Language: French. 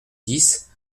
dix